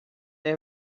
they